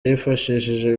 yifashishije